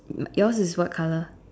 yours is what colour